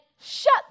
shut